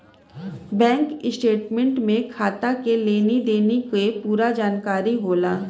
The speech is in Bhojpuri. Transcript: बैंक स्टेटमेंट में खाता के लेनी देनी के पूरा जानकारी होला